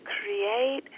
create—